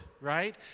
right